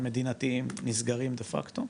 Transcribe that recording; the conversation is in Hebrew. המדינה תהיה עם מסגרים דה פקטו.